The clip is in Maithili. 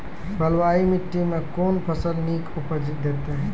बलूआही माटि मे कून फसल नीक उपज देतै?